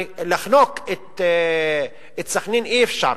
לחנוק את סח'נין אי-אפשר,